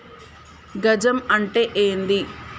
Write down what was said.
గజం అంటే ఏంది?